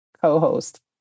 co-host